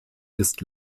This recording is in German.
ist